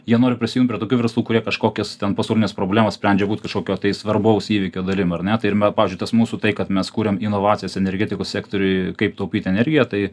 jie nori prisijungt prie tokių verslų kurie kažkokias ten pasaulines problemas sprendžia būt kažkokio tai svarbaus įvykio dalim ar ne tai ir me pavyzdžiui tas mūsų tai kad mes kuriam inovacijas energetikos sektoriuj kaip taupyt energiją tai